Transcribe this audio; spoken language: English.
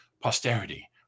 posterity